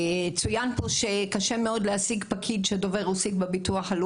צוין פה שקשה מאוד להשיג בביטוח הלאומי פקיד דובר רוסית,